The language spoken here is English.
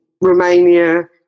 Romania